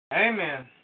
Amen